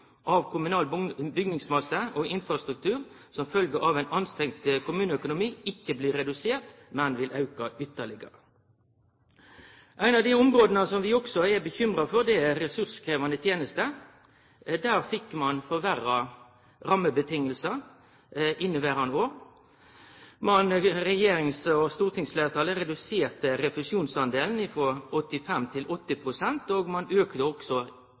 av kommunal bygningsmasse og infrastruktur som følgje av ein anstrengd kommuneøkonomi, ikkje blir redusert, men vil auke ytterlegare. Eit av dei områda vi også er bekymra for, er ressurskrevjande tenester. Der fekk ein forverra rammevilkåra i inneverande år. Regjeringspartia, stortingsfleirtalet, reduserte refusjonsdelen frå 85 pst. til 80 pst., og ein auka også